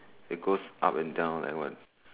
it goes up and down like what